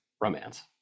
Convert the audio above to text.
romance